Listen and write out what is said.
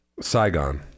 Saigon